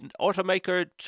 automaker